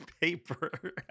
paper